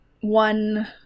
one